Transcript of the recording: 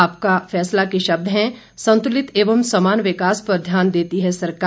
आपका फैसला के शब्द हैं संतुलित एवं समान विकास पर ध्यान देती है सरकार